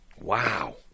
Wow